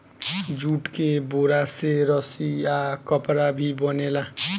jute के बोरा से रस्सी आ कपड़ा भी बनेला